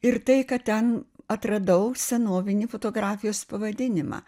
ir tai kad ten atradau senovinį fotografijos pavadinimą